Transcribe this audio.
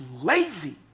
lazy